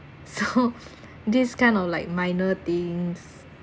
so this kind of like minor things